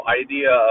idea